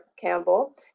Campbell